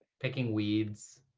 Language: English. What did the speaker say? picking weeds.